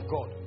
God